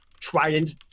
trident